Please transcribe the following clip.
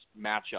matchup